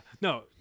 no